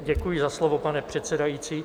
Děkuji za slovo, pane předsedající.